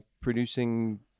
producing